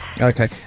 Okay